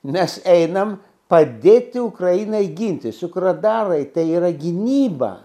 mes einam padėti ukrainai ginti suk radarai tai yra gynyba